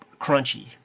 crunchy